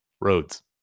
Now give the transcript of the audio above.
roads